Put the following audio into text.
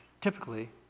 typically